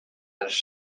als